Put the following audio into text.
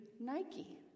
Nike